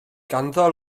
ganddo